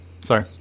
Sorry